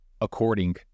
According